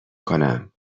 کنم